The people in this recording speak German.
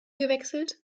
gewechselt